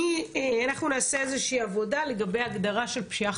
אנחנו נעשה איזו שהיא עבודה לגבי הגדרה של פשיעה